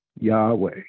Yahweh